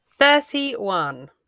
Thirty-one